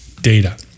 data